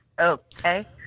okay